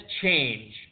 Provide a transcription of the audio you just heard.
change